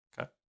Okay